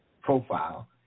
profile